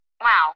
Wow